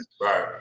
Right